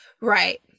Right